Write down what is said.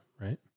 right